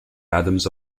adams